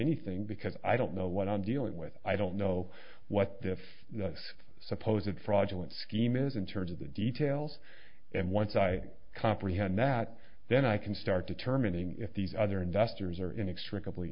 anything because i don't know what i'm dealing with i don't know what the suppose it fraudulent scheme is in terms of the details and once i comprehend that then i can start determining if these other investors are inextricably